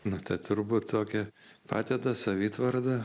na ta turbūt tokia padeda savitvarda